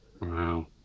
Wow